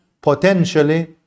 potentially